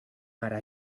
ara